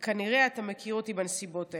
וכנראה אתה מכיר אותי בנסיבות האלה.